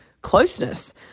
closeness